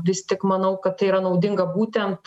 vis tik manau kad tai yra naudinga būtent